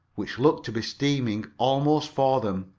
which looked to be steering almost for them.